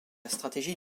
stratégie